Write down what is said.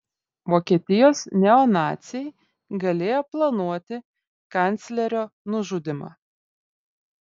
vokietijos neonaciai galėjo planuoti kanclerio nužudymą